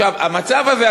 המצב הזה,